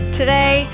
Today